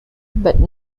but